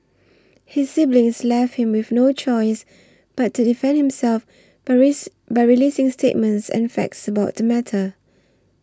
his siblings left him with no choice but to defend himself by raise by releasing statements and facts about the matter